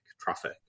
traffic